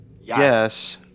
Yes